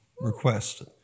request